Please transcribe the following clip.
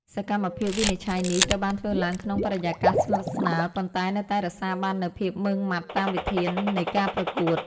សកម្មភាពវិនិច្ឆ័យនេះត្រូវបានធ្វើឡើងក្នុងបរិយាកាសស្និទ្ធស្នាល ប៉ុន្តែនៅតែរក្សាបាននូវភាពម៉ឺងម៉ាត់តាមវិធាននៃការប្រកួត។